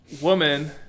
woman